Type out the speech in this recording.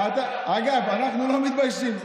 אגב, אנחנו לא מתביישים,